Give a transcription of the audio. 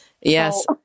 Yes